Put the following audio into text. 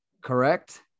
correct